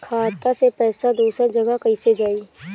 खाता से पैसा दूसर जगह कईसे जाई?